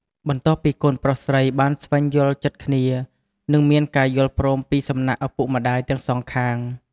បន្ទាប់ពីកូនប្រុសស្រីបានស្វែងយល់ចិត្តគ្នា និងមានការយល់ព្រមពីសំណាក់ឪពុកម្តាយទាំងសងខាង។